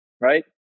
right